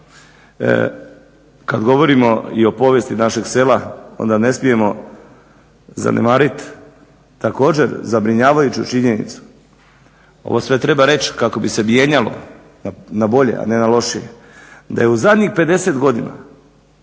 Kad govorimo i o povijesti naše sela onda ne smijemo zanemarit također zabrinjavajuću činjenicu, ovo sve treba reć kako bi se mijenjalo na bolje, a ne na lošije. Da je u zadnjih 50 godina